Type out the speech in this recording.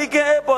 אני גאה בו.